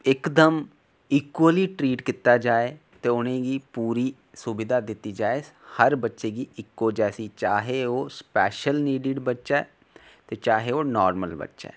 इकदम equally treat कीता जाए ते उ'नेंगी पूरी सुविधा दित्ती जाए ते सारें बच्चें गी चाहे ओह् स्पेशल नीडिड बच्चा ऐ ते चाहे ओह् नॉर्मल बच्चा ऐ